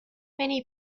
many